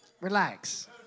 Relax